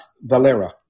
Valera